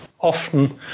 often